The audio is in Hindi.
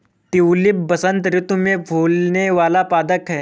ट्यूलिप बसंत ऋतु में फूलने वाला पदक है